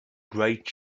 great